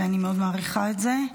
ואני מאוד מעריכה את זה.